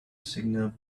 signal